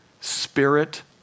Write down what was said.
spirit